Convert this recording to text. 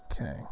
Okay